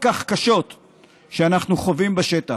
הקשות כל כך, שאנחנו חווים בשטח.